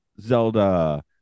Zelda